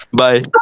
bye